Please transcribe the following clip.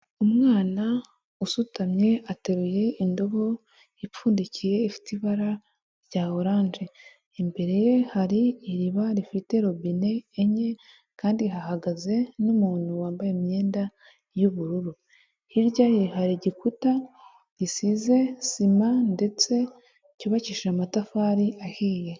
Umwana usutamye, ateruye indobo ipfundikiye ifite ibara rya oranje, imbere ye hari iriba rifite robine enye, kandi hahagaze n'umuntu wambaye imyenda y'ubururu, hirya ye hari igikuta gisize sima ndetse cyubakishije amatafari ahiye.